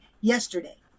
yesterday